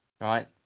right